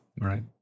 right